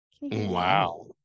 Wow